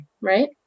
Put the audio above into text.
right